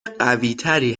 قویتری